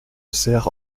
serre